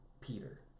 Peter